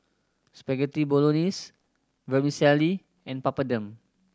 Spaghetti Bolognese Vermicelli and Papadum